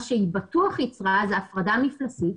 מה שבטוח יהיה זאת הפרדה מפלסית.